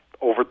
over